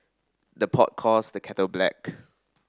the pot calls the kettle black